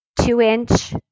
two-inch